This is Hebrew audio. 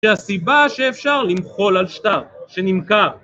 שהסיבה שאפשר למחול על שטר שנמכר